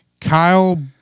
Kyle